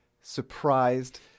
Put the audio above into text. surprised